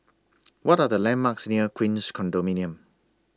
What Are The landmarks near Queens Condominium